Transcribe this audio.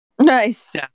Nice